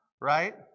right